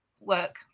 work